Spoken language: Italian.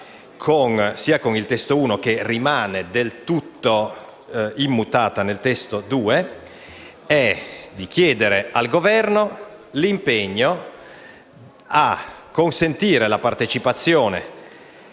con il testo 1 e che rimane del tutto immutata nel testo 2 è quella di chiedere al Governo un impegno a consentire la partecipazione